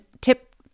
Tip